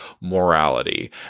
morality